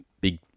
big